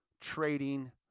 trading